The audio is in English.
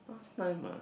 last time ah